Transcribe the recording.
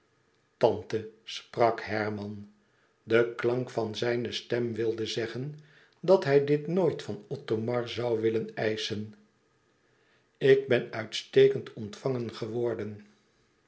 tante sprak herman de klank van zijne stem wilde zeggen dat hij dit nooit van othomar zoû willen eischen ik ben uitstekend ontvangen geworden